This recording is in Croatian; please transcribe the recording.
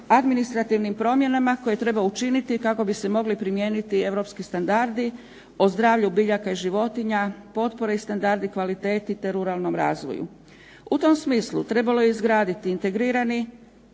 administrativnim promjenama koje treba učiniti kako bi se mogli primijeniti europski standardi o zdravlju biljaka i životinja, potpore i standardi kvaliteti te ruralnom razvoju. U tom smislu trebalo je izgraditi integrirani